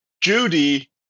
Judy